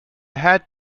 had